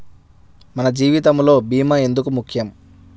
మన జీవితములో భీమా ఎందుకు ముఖ్యం?